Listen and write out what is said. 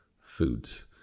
foods